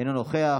אינו נוכח,